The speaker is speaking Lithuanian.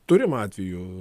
turim atvejų